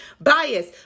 bias